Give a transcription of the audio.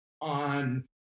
on